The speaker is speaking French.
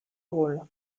rôle